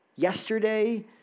Yesterday